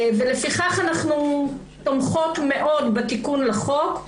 לפיכך אנחנו תומכות מאוד בתיקון לחוק.